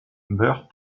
meurt